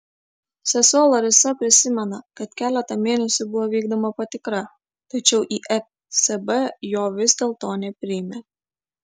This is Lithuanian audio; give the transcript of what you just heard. sesuo larisa prisimena kad keletą mėnesių buvo vykdoma patikra tačiau į fsb jo vis dėlto nepriėmė